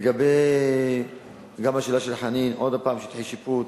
גם לגבי השאלה של חנין, עוד פעם, שטחי שיפוט,